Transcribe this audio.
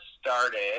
started